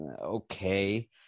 Okay